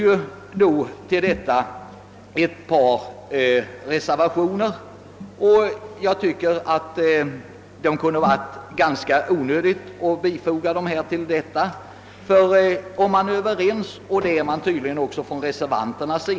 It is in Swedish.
Det föreligger ett par reservationer som enligt min mening är ganska onödi ga, eftersom reservanterna tydligen håller med om att det skall finnas en viss inkomstgräns.